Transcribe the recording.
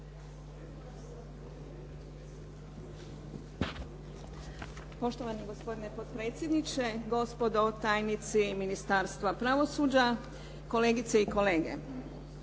Poštovani gospodine potpredsjedniče, gospodo tajnici Ministarstva pravosuđa, kolegice i kolege.